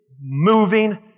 moving